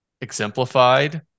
exemplified